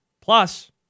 Plus